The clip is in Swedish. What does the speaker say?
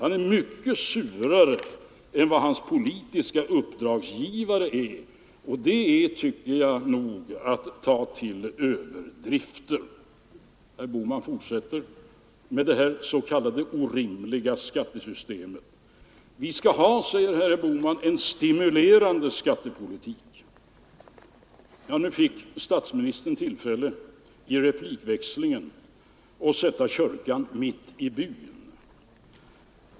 Han är mycket surare än vad hans politiska uppdragsgivare är, och det är, tycker jag nog, att gå till överdrift. Herr Bohman fortsätter med talet om det s.k. orimliga skattesystemet. Vi skall ha, säger herr Bohman, en stimulerande skattepolitik. Nu fick statsministern tillfälle i en replik att sätta kyrkan mitt i byn.